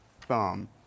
thumb